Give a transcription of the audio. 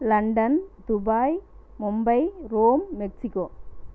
London Dubai Mumbai Rome Mexico